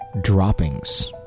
droppings